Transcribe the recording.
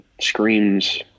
screams